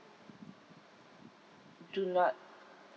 do not